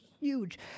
huge